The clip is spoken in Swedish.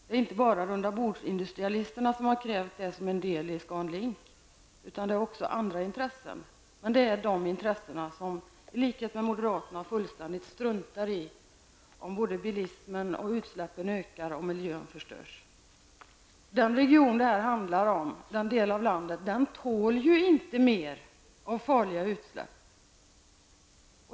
Det är inte bara rundabordsindustrialister som krävt detta som ett led i projektet Scandinavian Link utan också andra intressenter. Det är sådana intressenter som i likhet med moderaterna fullständigt struntar i om utstläppen från bilismen ökar och miljön förstörs. Den del av landet som det här handlar om tål inte mer av farliga utsläpp.